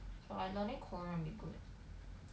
so I learning korean a bit